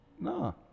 no